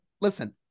listen